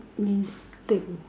let me think